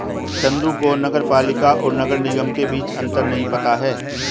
चंदू को नगर पालिका और नगर निगम के बीच अंतर नहीं पता है